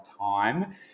time